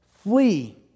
Flee